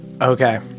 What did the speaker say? Okay